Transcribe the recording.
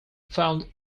found